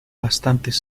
bastantes